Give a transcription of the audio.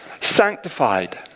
sanctified